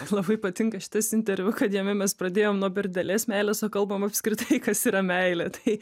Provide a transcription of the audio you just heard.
labai patinka šitas interviu kad jame mes pradėjom nuo per didelės meilės o kalbam apskritai kas yra meilė tai